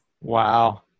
Wow